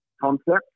concept